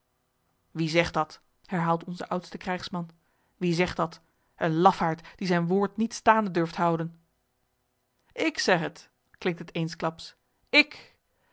wie zegt dat herhaalt onze oudste krijgsman wie zegt dat een lafaard die zijn woord niet staande durft houden ik zeg het klinkt het eensklaps ik